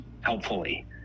helpfully